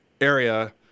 area